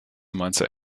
mainzer